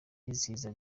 yizihiza